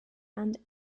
and